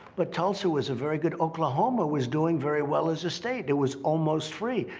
but tulsa was a very good oklahoma was doing very well as a state. it was almost free.